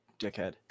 dickhead